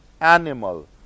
animal